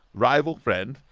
rival-friend,